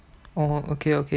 orh okay okay